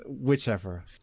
whichever